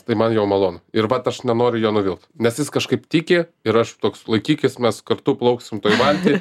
tai man jau malonu ir vat aš nenoriu jo nuvilt nes jis kažkaip tiki ir aš toks laikykis mes kartu plauksim valty